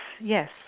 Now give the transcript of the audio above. yes